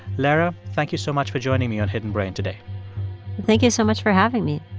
lera, thank you so much for joining me on hidden brain today thank you so much for having me